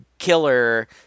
killer